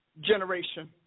generation